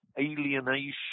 alienation